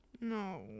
no